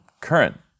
current